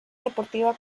deportiva